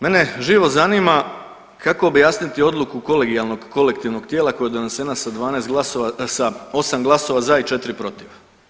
Mene živo zanima kako objasniti odluku kolegijalnog kolektivnog tijela koja je donesena sa 12 glasova, sa 8 glasova za i 4 protiv.